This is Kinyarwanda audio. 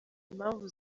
impamvu